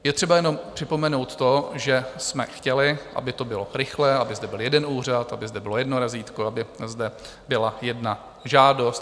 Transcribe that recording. Je třeba jenom připomenout to, že jsme chtěli, aby to bylo rychlé, aby zde byl jeden úřad, aby zde bylo jedno razítko, aby zde byla jedna žádost.